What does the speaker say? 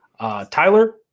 Tyler